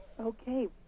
Okay